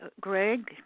Greg